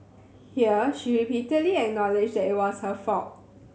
here she repeatedly acknowledged that it was her fault